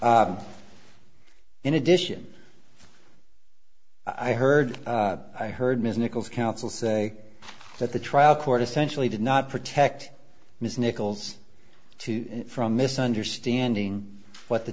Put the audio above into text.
y in addition i heard i heard ms nichols counsel say that the trial court essentially did not protect ms nichols two from misunderstanding what the